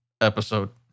episode